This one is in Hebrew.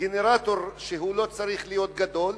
גנרטור שהוא לא צריך להיות גדול,